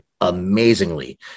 amazingly